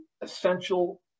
essential